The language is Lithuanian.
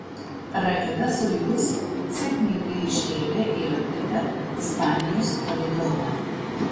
raketa sojuz sėkmingai iškėlė į orbitą ispanijos palydovą